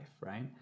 right